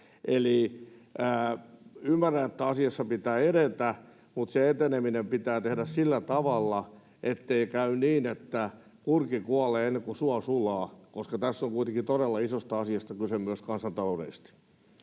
Eli ymmärrän, että asiassa pitää edetä, mutta se eteneminen pitää tehdä sillä tavalla, ettei käy niin, että kurki kuolee ennen kuin suo sulaa, koska tässä on kuitenkin todella isosta asiasta kyse myös kansantaloudellisesti.